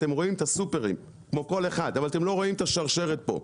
אתם רואים את הסופרים כמו כל אחד אבל אתם לא רואים את השרשרת פה,